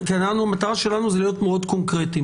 המטרה שלנו זה להיות מאוד קונקרטיים.